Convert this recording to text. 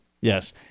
Yes